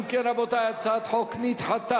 אם כן, רבותי, הצעת החוק נדחתה.